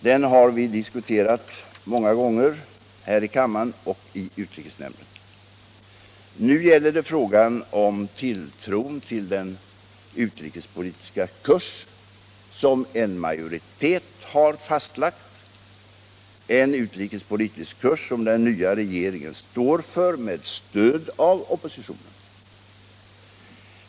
Den har vi diskuterat många gånger här i kammaren och i utrikesnämnden. Nu gäller det tilltron till den utrikespolitiska kurs som en majoritet har fastlagt, en utrikespolitisk kurs som den nya regeringen står för med stöd av oppositionen.